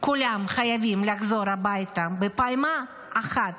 כולם חייבים לחזור הביתה בפעימה אחת,